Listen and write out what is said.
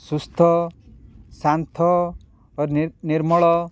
ସୁସ୍ଥ ଶାନ୍ତ ଓ ନିର୍ମଳ